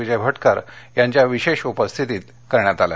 विजय भटकर यांच्या विशेष उपस्थितीत करण्यात आले